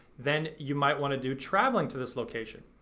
then you might wanna do traveling to this location.